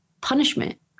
punishment